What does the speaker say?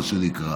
מה שנקרא.